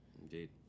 indeed